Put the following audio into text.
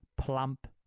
plump